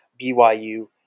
BYU